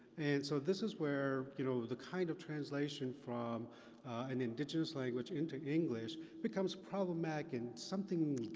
and so this is where, you know, the kind of translation from an indigenous language into english becomes problematic, and, something,